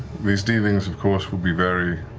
these dealings of course will be very